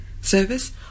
service